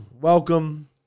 welcome